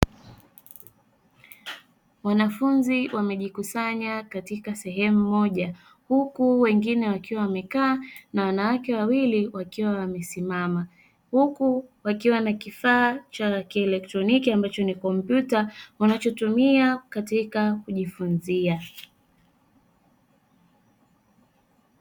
Wanafunzi wamejikusanya katika sehemu moja, huku wengine wakiwa wamekaa na wanawake wawili wakiwa wamesimama, huku wakiwa na kifaa cha kielectroniki ambacho ni kompyuta wanachotumia katika kujifunzia.